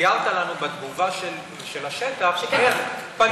תיארת לנו בתגובה של השטח שכן פנו,